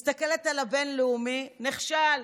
מסתכלת על הבין-לאומי, נכשל.